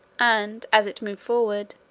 and, as it moved forward,